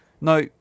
no